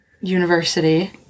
university